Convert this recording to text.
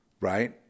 right